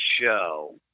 show